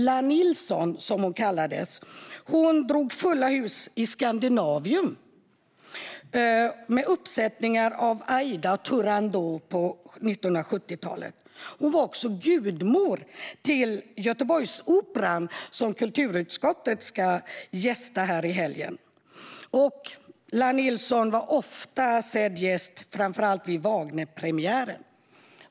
La Nilsson, som hon kallades, drog fulla hus i Scandinavium i Göteborg på 1970-talet med uppsättningar av Aida och Turandot. Hon var också gudmor till Göteborgsoperan, som kulturutskottet ska besöka i helgen, och gästade ofta framför allt Wagnerpremiärer.